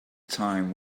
time